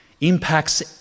impacts